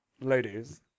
Ladies